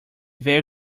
very